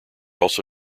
also